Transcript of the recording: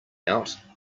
out